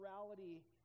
morality